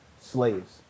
Slaves